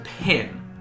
pin